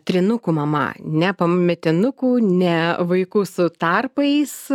trinukų mama ne pametinukų ne vaikų su tarpais